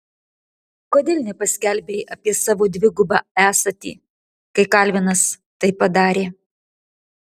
kodėl nepaskelbei apie savo dvigubą esatį kai kalvinas tai padarė